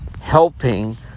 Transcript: helping